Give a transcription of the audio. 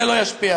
זה לא ישפיע עלי.